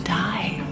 die